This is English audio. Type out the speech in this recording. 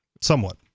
Somewhat